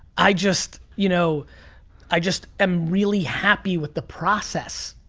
i just you know i just am really happy with the process.